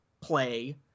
play